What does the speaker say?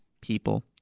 people